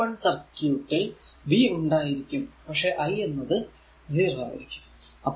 open circuit ൽ v ഉണ്ടായിരിക്കും പക്ഷെ i എന്നത് 0 ആയിരിക്കും